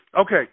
Okay